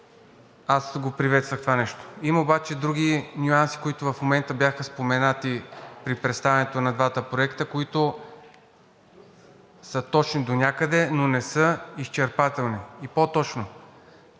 Аз приветствах това. Има обаче други нюанси, които бяха споменати при представянето на двата проекта, които са точни донякъде, но не са изчерпателни. По-точно